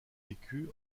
vécue